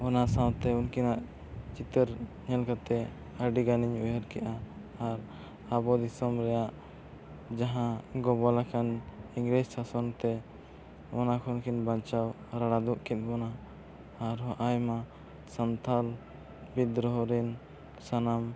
ᱚᱱᱟ ᱥᱟᱶᱛᱮ ᱩᱱᱠᱤᱱᱟᱜ ᱪᱤᱛᱟᱹᱨ ᱧᱮᱞ ᱠᱟᱛᱮᱫ ᱟᱹᱰᱤ ᱜᱟᱱᱤᱧ ᱩᱭᱦᱟᱹᱨ ᱠᱮᱫᱼᱟ ᱟᱨ ᱟᱵᱚ ᱫᱤᱥᱚᱢ ᱨᱮᱭᱟᱜ ᱡᱟᱦᱟᱸ ᱜᱚᱵᱚᱞ ᱟᱠᱟᱱ ᱤᱝᱨᱮᱹᱡᱽ ᱥᱟᱥᱚᱱᱛᱮ ᱚᱱᱟ ᱠᱷᱚᱱᱠᱤᱱ ᱵᱟᱧᱪᱟᱣ ᱨᱟᱲᱟ ᱫᱩᱜ ᱠᱮᱫ ᱵᱚᱱᱟ ᱟᱨᱦᱚᱸ ᱟᱭᱢᱟ ᱥᱟᱱᱛᱷᱟᱞ ᱵᱤᱫᱽᱫᱨᱳᱦᱚ ᱨᱮᱱ ᱥᱟᱱᱟᱢ